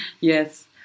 Yes